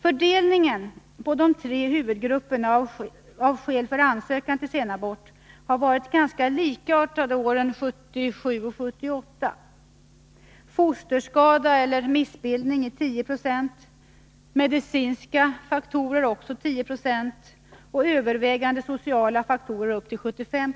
Fördelningen på de tre huvudgrupperna av skäl för ansökan om senabort har varit ganska likartad åren 1977 och 1978: fosterskada eller missbildning 10 90, medicinska faktorer 10 96 och övervägande sociala faktorer ca 75 9o.